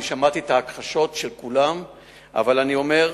שמעתי את ההכחשות של כולם ואני אומר,